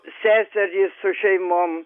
seserys su šeimom